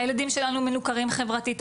הילדים שלנו מנוכרים חברתית,